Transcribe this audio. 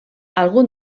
algun